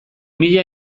mila